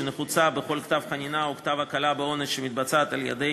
שנחוצה בכל כתב חנינה או כתב הקלה בעונש ושמתבצעת על-ידי